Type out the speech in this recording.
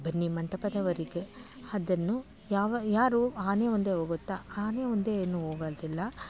ಬನ್ನಿ ಮಂಟಪದವರೆಗೆ ಅದನ್ನು ಯಾವ ಯಾರು ಆನೆ ಒಂದೆ ಹೋಗುತ್ತಾ ಆನೆ ಒಂದೇ ಏನು ಹೋಗದಿಲ್ಲ